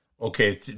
Okay